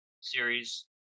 series